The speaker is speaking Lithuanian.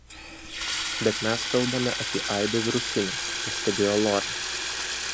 bet mes kalbame apie aibę virusinių pastebėjo lora